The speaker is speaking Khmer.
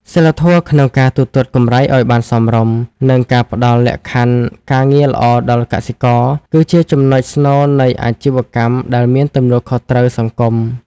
សីលធម៌ក្នុងការទូទាត់កម្រៃឱ្យបានសមរម្យ និងការផ្ដល់លក្ខខណ្ឌការងារល្អដល់កសិករ គឺជាចំណុចស្នូលនៃអាជីវកម្មដែលមានទំនួលខុសត្រូវសង្គម។